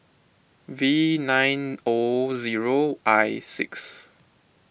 V nine O zero I six